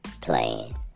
playing